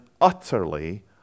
utterly